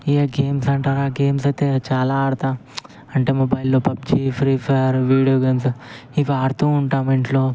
ఈ game center games అయితే చాలా ఆడతాం అంటే మొబైల్లో పబ్జీ ఫ్రీఫయిర్ వీడియో గేమ్స్ ఇవి ఆడుతూ ఉంటాం ఇంట్లో